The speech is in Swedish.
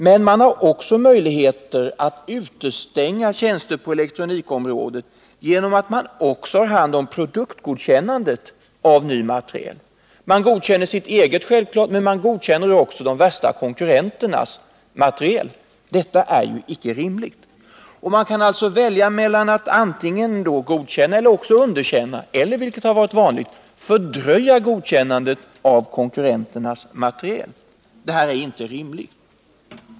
Men televerket har också möjligheter att utestänga tjänster på elektronikområdet genom att det har hand om produktgodkännande av ny materiel. Man godkänner självklart sin egen, men man skall också godkänna de värsta konkurrenternas materiel. Detta är icke rimligt. Televerket kan välja mellan att godkänna eller underkänna, men man kan också — vilket hänt — fördröja godkännande av konkurrenternas materiel. Detta är orimligt.